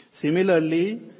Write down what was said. Similarly